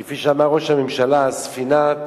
כפי שאמר ראש הממשלה, ספינת